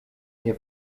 nie